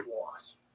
loss